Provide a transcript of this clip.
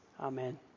Amen